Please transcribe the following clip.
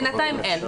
בינתיים אין.